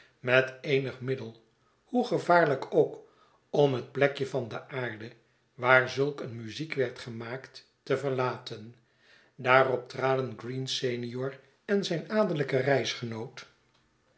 met eenig middel hoe gevaarlyk ook om het plekje van deaarde waar zulk een muziek werd gemaakt te verlaten daaroptraden green senior en zijn